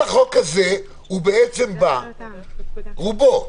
הצעת החוק הזאת רובה באה